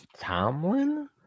Tomlin